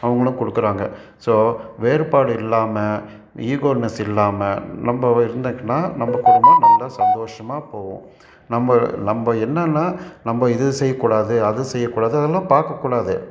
அவங்களும் கொடுக்குறாங்க ஸோ வேறுபாடு இல்லாமல் ஈகோனெஸ் இல்லாமல் நம்ம இருந்திங்கன்னா நம்ம குடும்பம் நல்லா சந்தோஷமாக போகும் நம்ம நம்ம என்னன்னா நம்ம இது செய்யக்கூடாது அது செய்யக்கூடாது அதெல்லாம் பார்க்கக்கூடாது